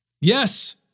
Yes